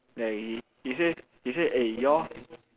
ya he he say he say eh you all